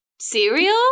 cereal